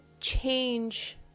change